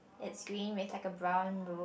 that's green with like a brown roof